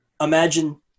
Imagine